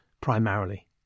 primarily